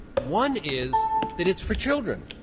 one is that it's for children,